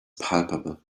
palpable